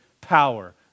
power